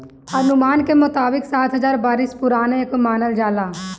अनुमान के मुताबिक सात हजार बरिस पुरान एके मानल जाला